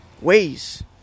ways